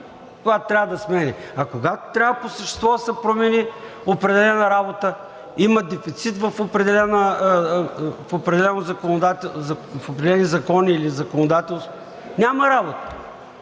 когато трябва да се сменя. А когато трябва по същество да се промени определена работа, има дефицит в определени закони или законодателство – няма работа.